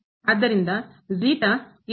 ಆದ್ದರಿಂದ ಹೋಗುತ್ತದೆ